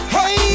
Hey